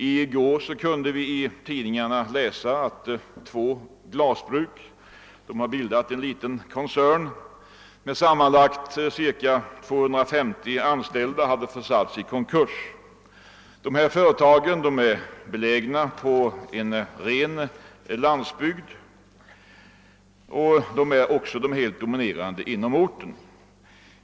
I går kunde vi i tidningarna läsa att två glasbruk, som bildat en liten koncern med sammanlagt ungefär 250 anställda, hade försatts i konkurs. Dessa båda företag är belägna på ren landsbygd och är helt dominerande på sin ort.